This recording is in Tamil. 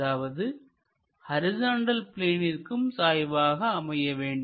அதாவது ஹரிசாண்டல் பிளேனிற்கும் சாய்வாக அமைய வேண்டும்